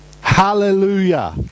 Hallelujah